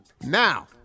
Now